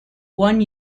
one